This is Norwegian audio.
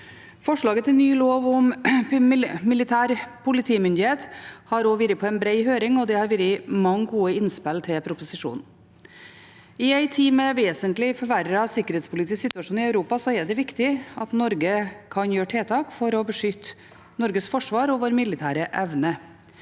Forslaget til ny lov om militær politimyndighet har også vært på bred høring, og det har vært mange gode innspill til proposisjonen. I en tid med en vesentlig forverret sikkerhetspolitisk situasjon i Europa er det viktig at Norge kan gjøre tiltak for å beskytte vårt forsvar og vår militære evne.